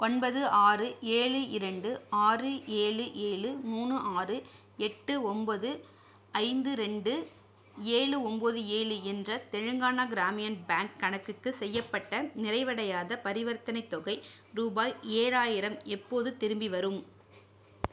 ஒன்பது ஆறு ஏழு இரண்டு ஆறு ஏழு ஏழு மூணு ஆறு எட்டு ஒன்பது ஐந்து ரெண்டு ஏழு ஒம்பது ஏழு என்ற தெலுங்கானா கிராமியன் பேங்க் கணக்குக்கு செய்யப்பட்ட நிறைவடையாத பரிவர்த்தனைத் தொகை ரூபாய் ஏழாயிரம் எப்போது திரும்பி வரும்